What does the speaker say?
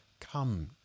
come